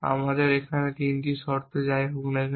আমাদের এখানে অন্য 3টি শর্ত যাই হোক না কেন